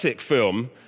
film